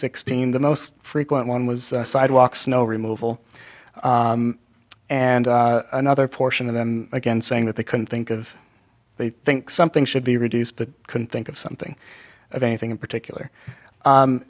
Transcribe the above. sixteen the most frequent one was sidewalk snow removal and another portion of them again saying that they can think of they think something should be reduced but couldn't think of something of anything in particular